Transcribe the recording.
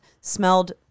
smelled